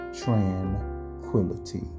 tranquility